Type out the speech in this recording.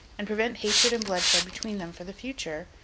and prevent hatred and bloodshed between them for the future,